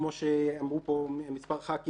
כמו שאמרו פה מספר חברי כנסת.